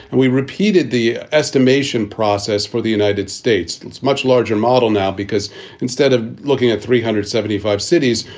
and we repeated the estimation process for the united states, much larger model now because instead of looking at three hundred seventy five cities,